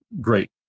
great